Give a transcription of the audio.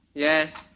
Yes